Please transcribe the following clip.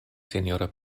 sinjoro